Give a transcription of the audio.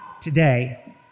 today